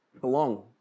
belong